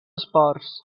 esports